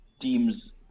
Teams